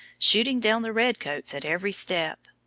shooting down the red-coats at every step.